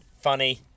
funny